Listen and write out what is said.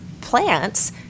plants